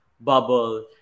bubble